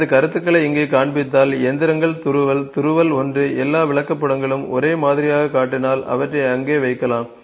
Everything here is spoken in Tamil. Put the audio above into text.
எனது கருத்துக்களை இங்கே காண்பித்தால் இயந்திரங்கள் துருவல் துருவல் 1 எல்லா விளக்கப்படங்களும் ஒரே மாதிரியாகக் காட்டினால் அவற்றை அங்கே வைக்கலாம்